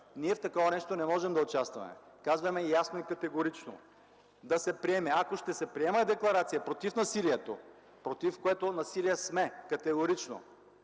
Ние в такова нещо не можем да участваме – казваме го ясно и категорично. Ако ще се приема декларация против насилието, против което насилие сме категорично,